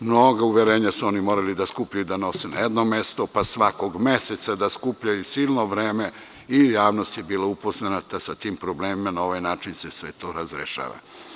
Mnoga uverenja su oni morali da skupljaju i da nose na jedno mesto, pa svakog meseca da skupljaju silno vreme i javnosti je bila upoznata sa tim problemom, na ovaj način se sve to razrešava.